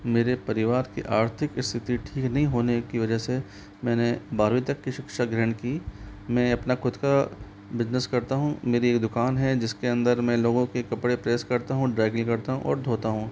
मेरे परिवार की आर्थिक स्थिति ठीक नहीं होने की वजह से मैंने बारवीं तक की शिक्षा ग्रहण की मैं अपना ख़ुद का बिजनेस करता हूँ मेरी एक दुकान है जिस के अंदर मैं लोगों के कपड़े प्रेस करता हूँ ड्राइक्लीन करता हूँ और धोता हूँ